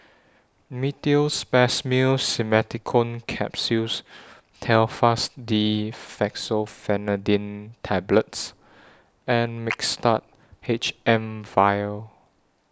Meteospasmyl Simeticone Capsules Telfast D Fexofenadine Tablets and Mixtard H M Vial